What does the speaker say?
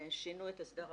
שינו את הסדר הביניים,